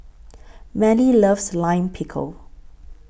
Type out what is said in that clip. Mallie loves Lime Pickle